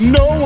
no